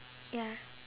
ya